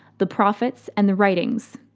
the prophets, and the writings.